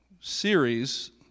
series